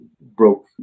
broke